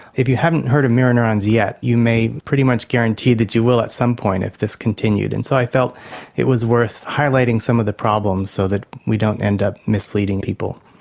if you haven't heard of mirror neurons yet you may pretty much guarantee that you will at some point if this continued. and so i felt it was worth highlighting some of the problems so that we don't end up misleading people.